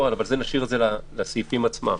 אשאיר לסעיפים עצמם.